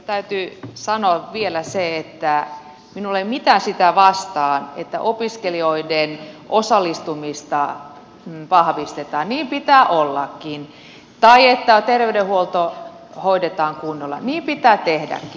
täytyy sanoa vielä se että minulla ei ole mitään sitä vastaan että opiskelijoiden osallistumista vahvistetaan niin pitää ollakin tai että terveydenhuolto hoidetaan kunnolla niin pitää tehdäkin